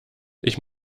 ich